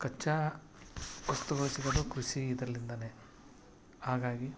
ಕಚ್ಚಾ ವಸ್ತುಗಳು ಸಿಗೋದು ಕೃಷಿ ಇದರಲ್ಲಿಂದನೇ ಹಾಗಾಗಿ